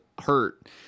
hurt